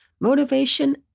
motivation